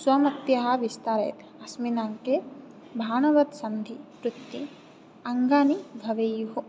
स्वमतिं विस्तारयेत् अस्मिन् अङ्के बाणवत् सन्धिँ कृत्वा अङ्गानि भवेयुः